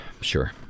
sure